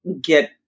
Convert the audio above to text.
get